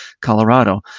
Colorado